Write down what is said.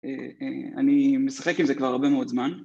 אני משחק עם זה כבר הרבה מאוד זמן